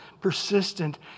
persistent